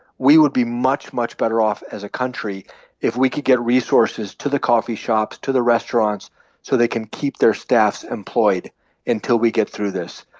we would be much, much better off as a country if we could get resources to the coffee shops, to the restaurants so they can keep their staffs employed until we get through this.